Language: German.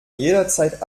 jederzeit